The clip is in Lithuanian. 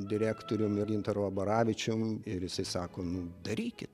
direktorium gintaru abaravičium ir jisai sako nu darykit